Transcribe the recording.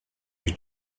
his